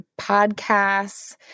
podcasts